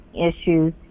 issues